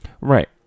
Right